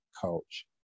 coach